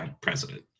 president